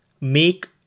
Make